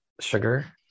sugar